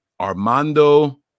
Armando